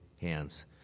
hands